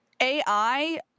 AI